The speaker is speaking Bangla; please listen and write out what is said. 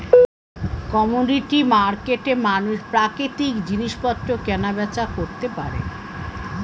কমোডিটি মার্কেটে মানুষ প্রাকৃতিক জিনিসপত্র কেনা বেচা করতে পারে